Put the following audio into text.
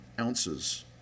ounces